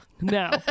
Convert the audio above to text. No